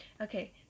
Okay